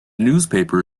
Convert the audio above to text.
newspaper